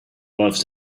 loves